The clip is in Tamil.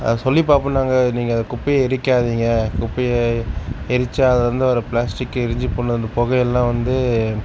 அதை சொல்லி பார்ப்போம் நாங்கள் நீங்கள் குப்பையை எரிக்காதிங்க குப்பையை எரித்தா அதுலேருந்து வர ப்ளாஸ்ட்டிக் எரிஞ்சு போன பொகையெல்லாம் வந்து